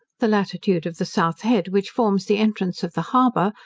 the latitude of the south head which forms the entrance of the harbour,